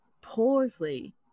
poorly